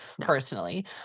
personally